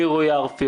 אני עו"ד רועי ארפי.